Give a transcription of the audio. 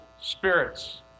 spirits